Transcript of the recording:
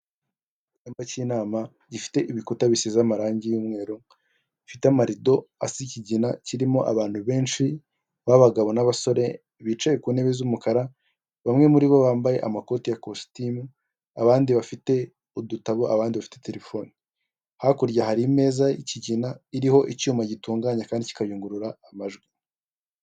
Icyumba cy'inama gifite ibikuta bisize amarangi y'umweru gifite amarido asa ikigina, kirimo abantu benshi b'abagabo n'abasore bicaye ku ntebe z'umukara, bamwe muri bo bambaye amakoti ya kositimu, abandi bafite udutabo, abandi bafite telefone, hakurya hari imeza y'ikigina iriho icyuma gitunganya kandi kikayungurura amajwi.